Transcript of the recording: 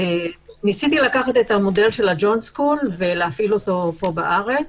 ניסיתי לקחת את המודל של הג'ון סקול ולהפעיל אותו פה בארץ.